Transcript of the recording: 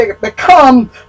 become